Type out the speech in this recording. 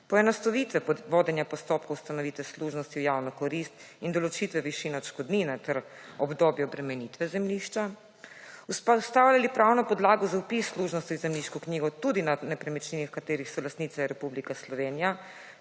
poenostavitve vodenja postopkov ustanovitve služnosti v javno korist in določitve višine odškodnine ter obdobje obremenitve zemljišča vzpostavljali pravno podlago za vpis služnosti v zemljiško knjigo tudi na nepremičninah, katerih so lastnice Republika Slovenija